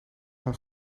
maar